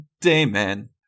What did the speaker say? Dayman